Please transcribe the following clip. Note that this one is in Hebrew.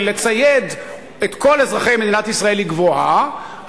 ציוד כל אזרחי מדינת ישראל היא גבוהה,